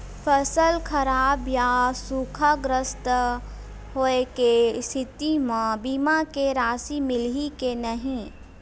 फसल खराब या सूखाग्रस्त होय के स्थिति म बीमा के राशि मिलही के नही?